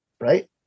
right